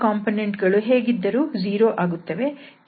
i ಮತ್ತು j component ಗಳು ಹೇಗಿದ್ದರೂ 0 ಆಗುತ್ತವೆ